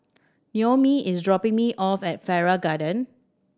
Naomi is dropping me off at Farrer Garden